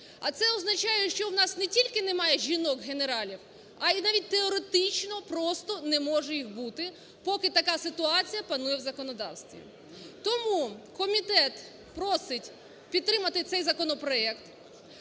А це означає, що у нас не тільки немає жінок-генералів, а й навіть теоретично просто не може їх бути, поки така ситуація панує в законодавстві. Тому комітет просить підтримати цей законопроект.